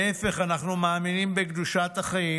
להפך, אנחנו מאמינים בקדושת החיים.